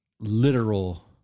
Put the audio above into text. literal